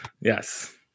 Yes